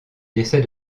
décès